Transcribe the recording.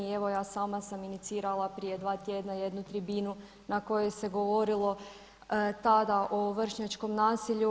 I evo, ja sama sam inicirala prije 2 tjedna jednu tribinu na kojoj se govorilo tada o vršnjačkom nasilju.